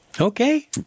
Okay